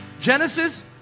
Genesis